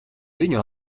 viņu